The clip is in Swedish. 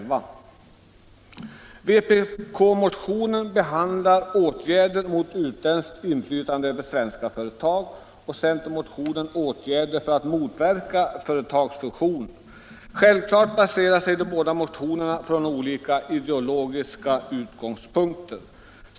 Vpk-motionen behandlar åtgärder mot utländskt inflytande över svenska företag och centermotionen åtgärder för att motverka företagsfusioner. Självfallet utgår de båda motionerna från olika ideologiska utgångspunkter.